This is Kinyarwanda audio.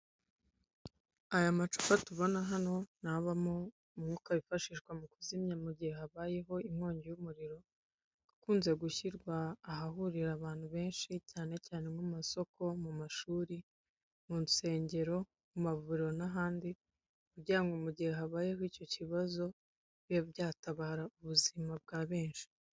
Aya macupa tubona hano, ni avamo umwuka wifashishwa mu kuzimya mu gihe habayeho inkongi y'umuriro, akunze gushyirwa ahahurira abantu benshi cyane cyane nko mu masoko, mu mashuri, mu nsengero, mu mavuriro n'ahandi. Kugirango mu gihe habayeho icyo kibazo, bibe byatabara ubuzima bwa benshi.